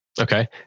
Okay